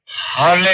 hi.